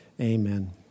Amen